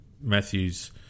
Matthew's